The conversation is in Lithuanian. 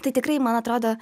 tai tikrai man atrodo